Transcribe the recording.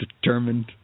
determined